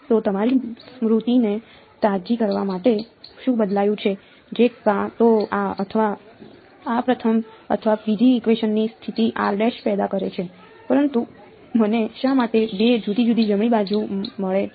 તો તમારી સ્મૃતિને તાજી કરવા માટે શું બદલાયું છે જે કાં તો આ અથવા આ પ્રથમ અથવા બીજી ઇકવેશન ની સ્થિતિ પેદા કરે છે પરંતુ મને શા માટે બે જુદી જુદી જમણી બાજુ મળે છે